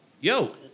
Yo